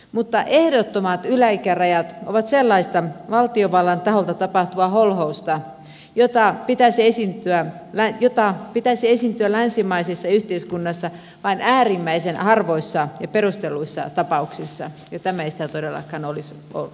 mutta ehdottomat yläikärajat ovat sellaista valtiovallan taholta tapahtuvaa holhousta jota pitäisi esiintyä länsimaisessa yhteiskunnassa vain äärimmäisen harvoissa ja perustelluissa tapauksissa ja tämä ei sitä todellakaan ole nykyään